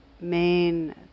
main